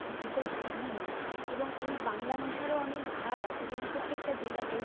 আস্তে আস্তে উৎপন্ন হলো এবং এই বাংলা ভাষারও অনেক ভাগ আছে যেমন প্রত্যেকটা জেলাতে